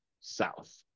south